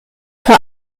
vor